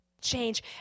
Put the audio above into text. change